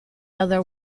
other